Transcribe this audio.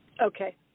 okay